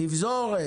תפזורת.